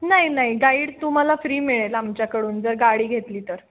नाही नाही गाईड तुम्हाला फ्री मिळेल आमच्याकडून जर गाडी घेतली तर